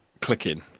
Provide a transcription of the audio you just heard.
clicking